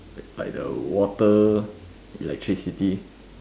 like the water electricity